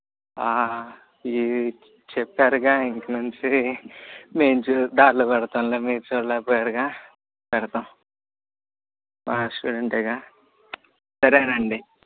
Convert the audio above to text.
ఈ చెప్పారుగా ఇంక నుంచి మేము చూ దారిలో పెడతాం మీరు చూడలేకపోయారుపెడతాం మా స్టూడెంట్గా సరే అండి